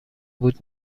بود